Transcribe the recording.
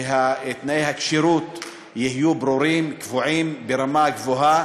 ותנאי הכשירות יהיו ברורים, קבועים, ברמה גבוהה.